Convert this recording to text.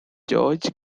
george